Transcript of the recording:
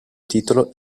titolo